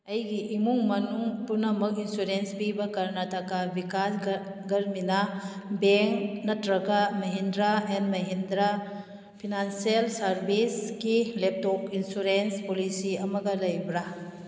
ꯑꯩꯒꯤ ꯏꯃꯨꯡ ꯃꯅꯨꯡ ꯄꯨꯅꯃꯛ ꯏꯟꯁꯨꯔꯦꯟꯁ ꯄꯤꯕ ꯀꯔꯅꯥꯇꯀꯥ ꯚꯤꯀꯥꯁ ꯒꯔꯃꯤꯅꯥ ꯕꯦꯡ ꯅꯠꯇ꯭ꯔꯒ ꯃꯍꯤꯟꯗ꯭ꯔ ꯑꯦꯟ ꯃꯍꯤꯟꯗ꯭ꯔ ꯐꯤꯅꯥꯟꯁꯦꯜ ꯁꯥꯔꯚꯤꯁꯀꯤ ꯂꯦꯞꯇꯣꯞ ꯏꯟꯁꯨꯔꯦꯟꯁ ꯄꯣꯂꯤꯁꯤ ꯑꯃꯒ ꯂꯩꯕ꯭ꯔꯥ